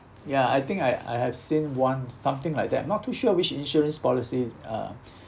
ya I think I I have seen one something like that I'm not too sure which insurance policy uh